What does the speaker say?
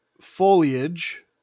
foliage